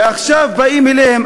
עכשיו באים אליהם,